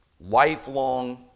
Lifelong